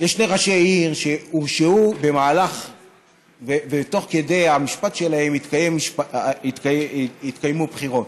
יש שני ראשי עיר שהורשעו ותוך המשפט שלהם התקיימו בחירות.